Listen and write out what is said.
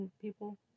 people